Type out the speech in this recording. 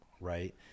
right